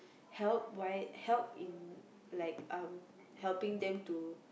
help why help in like um helping them to